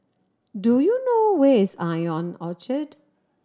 do you know where is Ion Orchard